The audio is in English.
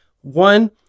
One